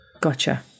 Gotcha